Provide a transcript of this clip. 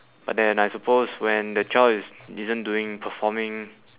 but then I suppose when the child is isn't doing performing